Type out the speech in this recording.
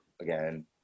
again